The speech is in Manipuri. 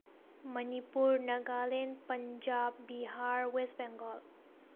ꯃꯅꯤꯄꯨꯔ ꯅꯥꯒꯥꯂꯦꯟ ꯄꯟꯖꯥꯕ ꯕꯤꯍꯥꯔ ꯋꯦꯁ ꯕꯦꯡꯒꯣꯜ